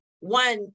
One